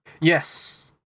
Yes